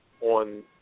on